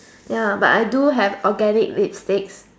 ya but I do have organic lipsticks